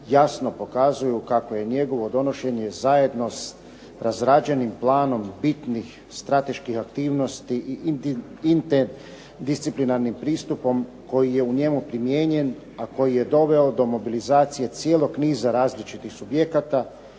jasno pokazuju kako je njegovo donošenje zajednost razrađenim planom bitnih strateških aktivnosti i interdisciplinarnim pristupom koji je u njemu primijenjen, a koji je u njemu primijenjen, a koji je doveo do mobilizacije cijelog niza različitih subjekata,